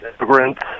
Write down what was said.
immigrants